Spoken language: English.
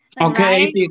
Okay